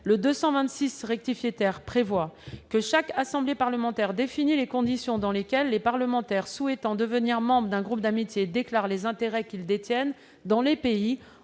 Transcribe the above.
n° 226 rectifié tend à prévoir que chaque assemblée parlementaire définit les conditions dans lesquelles les parlementaires souhaitant devenir membres d'un groupe interparlementaire d'amitié déclarent les intérêts qu'ils détiennent dans les pays